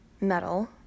metal